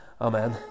Amen